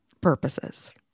purposes